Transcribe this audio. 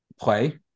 play